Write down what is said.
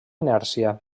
inèrcia